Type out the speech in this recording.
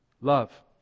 love